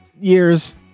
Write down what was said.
years